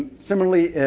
similarly,